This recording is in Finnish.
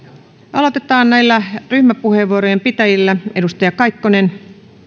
aloitetaan näillä ryhmäpuheenvuorojen pitäjillä edustaja kaikkonen